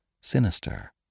sinister